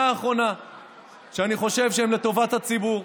האחרונה שאני חושב שהם לטובת הציבור,